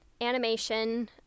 animation